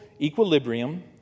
equilibrium